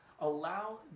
allow